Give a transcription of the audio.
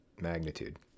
magnitude